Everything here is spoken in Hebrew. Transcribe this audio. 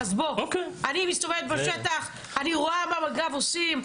אני מסתובבת בשטח, אני רואה מה מג"ב עושים.